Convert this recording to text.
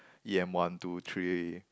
e_m one two three